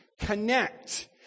Connect